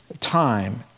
time